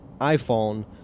iPhone